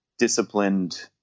Disciplined